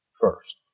first